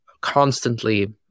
constantly